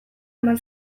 eman